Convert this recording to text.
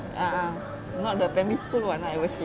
ah ah not the primary school one lah I would say